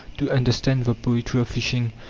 to understand the poetry of fishing.